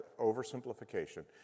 oversimplification